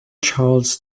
charles